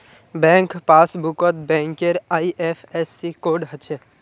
bank पासबुकत बैंकेर IFSC code हछे